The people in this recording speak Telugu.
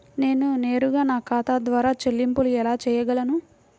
నేను నేరుగా నా ఖాతా ద్వారా చెల్లింపులు ఎలా చేయగలను?